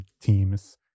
teams